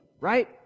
right